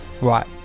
Right